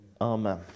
Amen